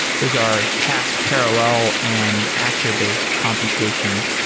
those are task parallel and actor-based computations.